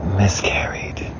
miscarried